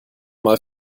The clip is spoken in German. mal